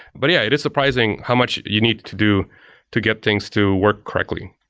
but, yeah, it is surprising how much you need to do to get things to work correctly.